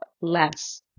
less